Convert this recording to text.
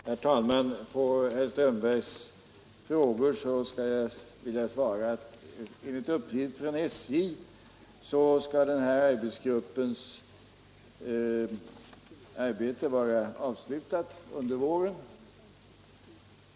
Herr talman! På den första av herr Strömbergs i Botkyrka frågor vill jag svara att enligt uppgift från SJ skall den här arbetsgruppens arbete vara avslutat under våren.